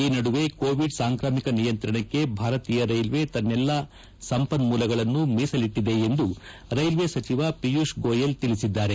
ಈ ನಡುವೆ ಕೋವಿಡ್ ಸಾಂಕ್ರಾಮಿಕ ನಿಯಂತ್ರಣಕ್ಕೆ ಭಾರತೀಯ ರೈಲ್ವೆ ತನ್ನೆಲ್ಲಾ ಸಂಪನ್ಮೂಲಗಳನ್ನು ಮೀಸಲಿಟ್ಟದೆ ಎಂದು ರೈಲ್ವೆ ಸಚಿವ ಪಿಯೂಷ್ ಗೋಯಲ್ ತಿಳಿಸಿದ್ದಾರೆ